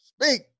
speak